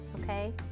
okay